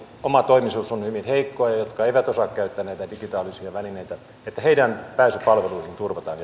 omatoimisuus on hyvin heikkoa ja jotka eivät osaa käyttää näitä digitaalisia välineitä että heidän pääsynsä palveluihin turvataan